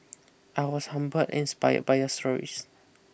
I was humble inspired by your stories